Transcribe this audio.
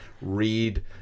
read